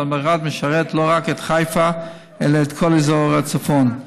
והמלר"ד משרת לא רק את חיפה אלא את כל אזור הצפון.